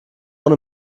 ohne